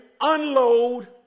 unload